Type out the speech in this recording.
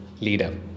leader